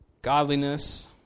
Godliness